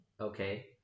okay